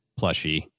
plushie